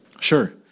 Sure